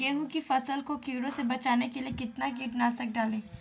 गेहूँ की फसल को कीड़ों से बचाने के लिए कितना कीटनाशक डालें?